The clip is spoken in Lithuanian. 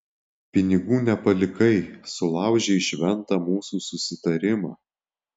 pinigų nepalikai sulaužei šventą mūsų susitarimą